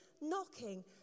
knocking